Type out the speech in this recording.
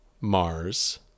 Mars